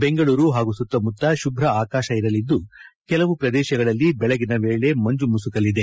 ಬೆಂಗಳೂರು ಹಾಗೂ ಸುತ್ತಮುತ್ತ ಶುಭ್ರ ಆಕಾಶ ಇರಲಿದ್ದು ಕೆಲವು ಪ್ರದೇಶಗಳಲ್ಲಿ ಬೆಳಗಿನ ವೇಳೆ ಮಂಜುಮುಸುಕಲಿದೆ